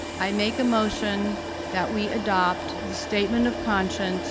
i make a motion that we adopt the statement of conscience